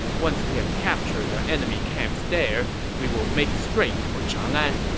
once we have captured the enemy camps there, we will make straight for chang'an.